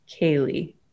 Kaylee